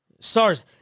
SARS